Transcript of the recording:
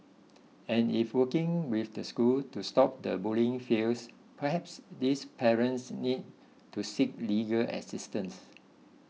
and if working with the school to stop the bullying fails perhaps these parents need to seek legal assistance